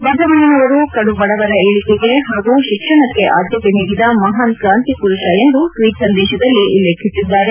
ಬಸವಣ್ಣ ಅವರು ಕಡುಬಡವರ ಏಳಿಗೆಗೆ ಹಾಗೂ ಶಿಕ್ಷಣಕ್ಕೆ ಆದ್ದತೆ ನೀಡಿದ ಮಹಾನ್ ಕ್ರಾಂತಿ ಪುರುಷ ಎಂದು ಟ್ವೀಟ್ ಸಂದೇಶದಲ್ಲಿ ಉಲ್ಲೇಖಿಸಿದ್ದಾರೆ